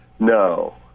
No